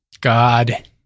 God